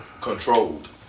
Controlled